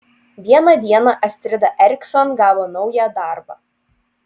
vieną dieną astrida ericsson gavo naują darbą